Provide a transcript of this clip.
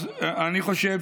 אז אני חושב